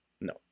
No